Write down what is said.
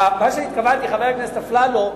חבר הכנסת אפללו,